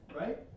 right